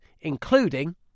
including